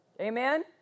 Amen